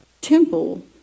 Temple